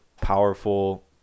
powerful